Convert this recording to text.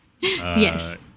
Yes